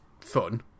fun